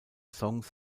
songs